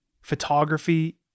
photography